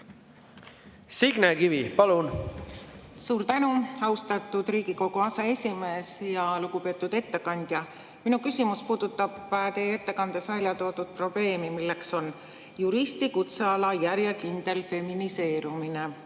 mingi oma retsept? Suur tänu, austatud Riigikogu aseesimees! Lugupeetud ettekandja! Minu küsimus puudutab teie ettekandes väljatoodud probleemi, milleks on juristi kutseala järjekindel feminiseerumine.